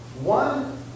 one